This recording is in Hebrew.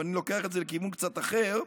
אבל אני לוקח את זה לכיוון קצת אחר,